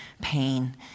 pain